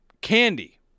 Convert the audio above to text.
candy